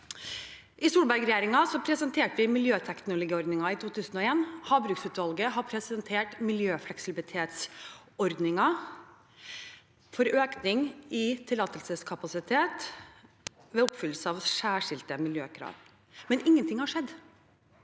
I Solberg-regjeringen presenterte vi miljøteknologiordningen i 2021. Havbruksutvalget har presentert miljøfleksibilitetsordningen for økning i tillatelseskapasitet ved oppfyllelse av særskilte miljøkrav, men ingenting har skjedd.